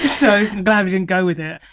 so glad we didn't go with it.